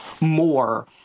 more